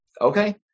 Okay